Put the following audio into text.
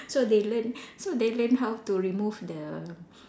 so they learn so they learn how to remove the